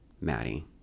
Maddie